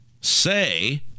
say